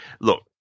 Look